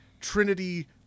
Trinity